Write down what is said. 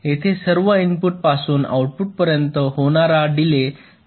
येथे सर्व इनपुटपासून आउटपुटपर्यंत होणारा डीले बॅलन्सड आहे